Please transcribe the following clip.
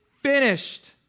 finished